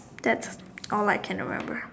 that all I can remember